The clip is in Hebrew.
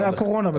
על הקורונה.